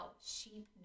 sheep